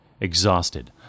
exhausted